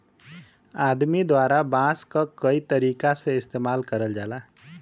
आदमी द्वारा बांस क कई तरीका से इस्तेमाल करल जाला